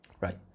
right